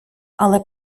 але